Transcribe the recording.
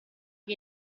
che